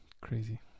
crazy